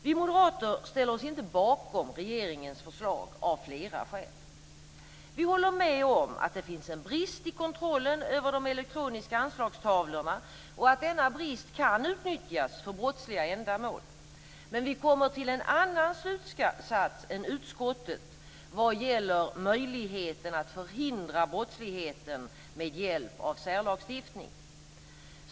Vi moderater ställer oss inte bakom regeringens förslag av flera skäl. Vi håller med om att det finns en brist i kontrollen över de elektroniska anslagstavlorna och att denna brist kan utnyttjas för brottsliga ändamål. Men vi kommer till en annan slutsats än utskottet vad gäller möjligheten att förhindra brottsligheten med hjälp av särlagstiftning.